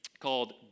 called